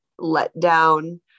letdown